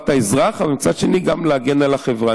לטובת האזרח, ומצד שני, גם להגן על החברה.